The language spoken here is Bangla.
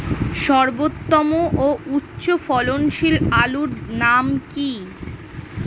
সর্বোত্তম ও উচ্চ ফলনশীল আলুর নাম কি?